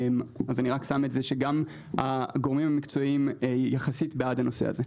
אני רק אומר שגם הגורמים המקצועיים יחסית בעד הנושא הזה.